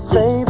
Say